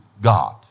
God